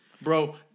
Bro